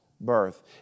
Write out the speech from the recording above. birth